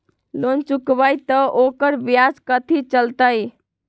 Loan चुकबई त ओकर ब्याज कथि चलतई?